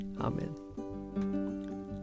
Amen